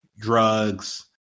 drugs